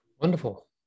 Wonderful